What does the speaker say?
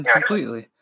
completely